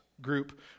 Group